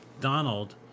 Donald